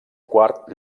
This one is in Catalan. quart